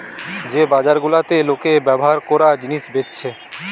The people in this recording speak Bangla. যে বাজার গুলাতে লোকে ব্যভার কোরা জিনিস বেচছে